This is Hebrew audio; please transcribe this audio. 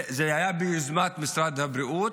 וזה היה ביוזמת משרד הבריאות,